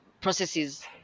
processes